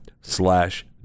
slash